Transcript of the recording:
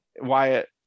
wyatt